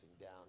down